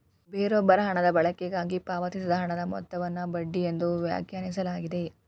ಬೇರೊಬ್ಬರ ಹಣದ ಬಳಕೆಗಾಗಿ ಪಾವತಿಸಿದ ಹಣದ ಮೊತ್ತವನ್ನು ಬಡ್ಡಿ ಎಂದು ವ್ಯಾಖ್ಯಾನಿಸಲಾಗಿದೆ